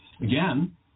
again